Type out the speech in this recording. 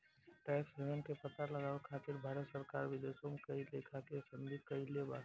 tax haven के पता लगावे खातिर भारत सरकार विदेशों में कई लेखा के संधि कईले बा